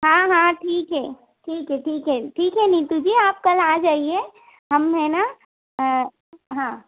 हाँ हाँ ठीक है ठीक है ठीक है ठीक है नीतू जी आप कल आ जाइए हम है ना हाँ